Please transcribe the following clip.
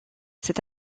cet